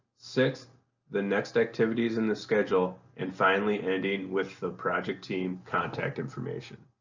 sixth the next activities in the schedule and finally ending with the project team contact information.